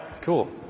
cool